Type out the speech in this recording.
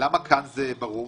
למה כאן זה ברור,